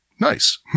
Nice